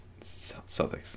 Celtics